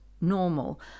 normal